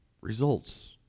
Results